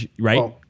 right